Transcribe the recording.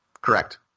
Correct